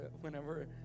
whenever